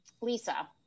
Lisa